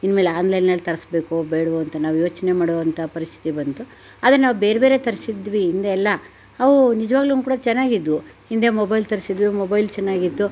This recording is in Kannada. ಇನ್ಮೇಲೆ ಆನ್ಲೈನಲ್ಲಿ ತರಿಸ್ಬೇಕೋ ಬೇಡವೋ ಅಂತ ನಾವು ಯೋಚನೆ ಮಾಡೋ ಅಂಥ ಪರಿಸ್ಥಿತಿ ಬಂತು ಆದರೆ ನಾವು ಬೇರೆ ಬೇರೆ ತರಿಸಿದ್ವಿ ಹಿಂದೆ ಎಲ್ಲ ಅವು ನಿಜವಾಗ್ಲೂ ಕೂಡ ಚೆನ್ನಾಗಿದ್ವು ಹಿಂದೆ ಮೊಬೈಲ್ ತರಿಸಿದ್ವಿ ಮೊಬೈಲ್ ಚೆನ್ನಾಗಿತ್ತು